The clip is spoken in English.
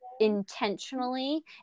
intentionally